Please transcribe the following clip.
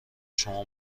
شما